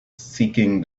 seeking